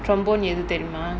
trombone எது தெரியுமா:ethu teriyumaa